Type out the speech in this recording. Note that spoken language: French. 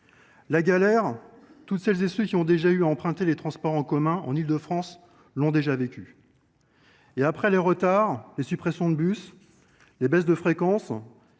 La galère, toutes celles et tous ceux qui ont déjà eu à emprunter les transports en commun en Île de France l’ont déjà vécue. Après les retards, les suppressions de bus, les baisses de fréquences